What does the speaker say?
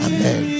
Amen